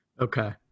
Okay